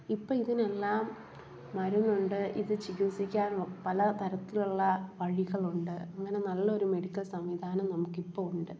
ഇപ്പം ഇതിനെല്ലാം മരുന്നുണ്ട് ഇത് ചികിത്സിക്കാൻ പല തരത്തിലുള്ള വഴികളുണ്ട് അങ്ങനെ നല്ലൊരു മെഡിക്കൽ സംവിധാനം നമുക്കിപ്പോൾ ഉണ്ട്